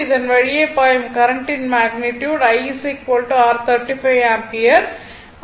இதன் வழியாக பாயும் கரண்ட்டின் மேக்னிட்யுட் இந்த I r 35 ஆம்பியர் ஆகும்